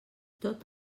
tot